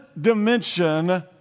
dimension